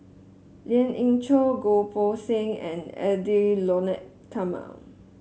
Lien Ying Chow Goh Poh Seng and Edwy Lyonet Talma